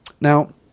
Now